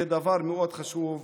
זה דבר מאוד חשוב לכולנו.